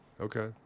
Okay